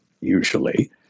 usually